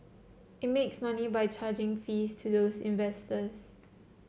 it makes money by charging fees to these investors